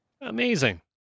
Amazing